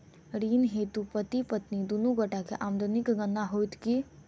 ऋण हेतु पति पत्नी दुनू गोटा केँ आमदनीक गणना होइत की?